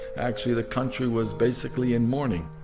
actually the country was basically in mourning.